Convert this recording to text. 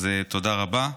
אז תודה רבה.